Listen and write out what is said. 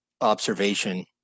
observation